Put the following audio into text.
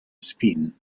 spin